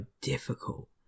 difficult